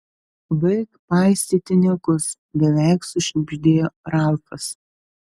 baik paistyti niekus beveik sušnibždėjo ralfas